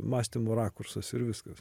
mąstymo rakursas ir viskas